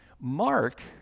Mark